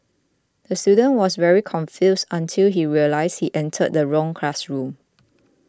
the student was very confused until he realised he entered the wrong classroom